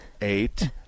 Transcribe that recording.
eight